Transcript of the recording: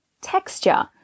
texture